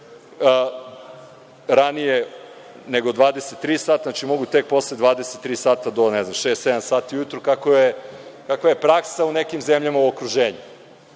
ranije nego 23 sata, znači mogu tek posle 23 sata do, ne znam, šest-sedam sati ujutru, kakva je praksa u nekim zemljama u okruženju. Pošto